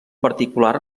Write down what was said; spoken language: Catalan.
particular